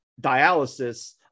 dialysis